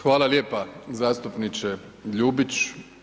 Hvala lijepa zastupniče Ljubić.